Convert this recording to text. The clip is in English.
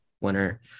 winner